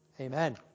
Amen